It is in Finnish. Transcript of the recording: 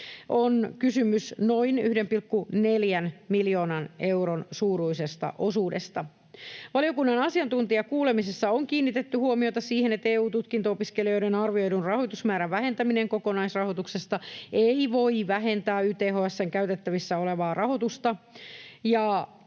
Kysymys on noin 1,4 miljoonan euron suuruisesta osuudesta. Valiokunnan asiantuntijakuulemisessa on kiinnitetty huomiota siihen, että EU-tutkinto-opiskelijoiden arvioidun rahoitusmäärän vähentäminen kokonaisrahoituksesta ei voi vähentää YTHS:n käytettävissä olevaa rahoitusta.